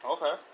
Okay